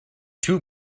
two